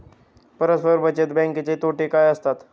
परस्पर बचत बँकेचे तोटे काय असतात?